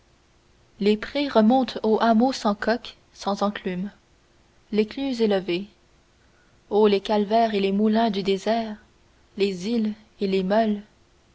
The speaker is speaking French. les prés remontent au hameaux sans coqs sans enclumes l'écluse est levée o les calvaires et les moulins du désert les îles et les meules